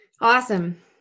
awesome